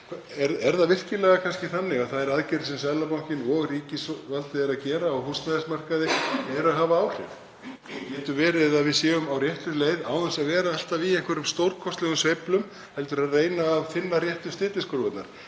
Er það kannski þannig að þær aðgerðir sem Seðlabankinn og ríkisvaldið standa fyrir á húsnæðismarkaði eru að hafa áhrif? Getur verið að við séum á réttri leið án þess að vera alltaf í einhverjum stórkostlegum sveiflum heldur með því að finna réttu stilliskrúfurnar?